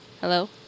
hello